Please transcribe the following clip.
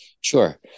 Sure